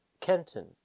kenton